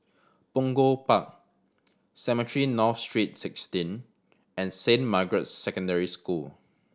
Punggol Park Cemetry North Street Sixteen and Saint Margaret's Secondary School